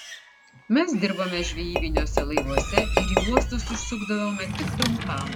mes dirbome žvejybiniuose laivuose ir į uostus užsukdavome tik trumpam